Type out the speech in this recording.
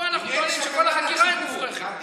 פה אנחנו טוענים שכל החקירה מופרכת,